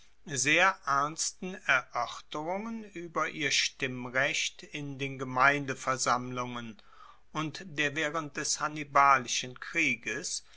sehr ernsten eroerterungen ueber ihr stimmrecht in den gemeindeversammlungen und der waehrend des hannibalischen krieges